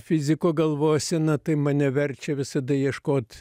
fiziko galvosena tai mane verčia visada ieškot